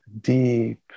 deep